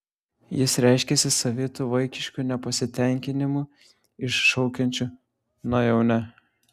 jis reiškiasi savitu vaikišku nepasitenkinimu iššaukiančiu na jau ne